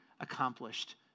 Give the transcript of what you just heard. accomplished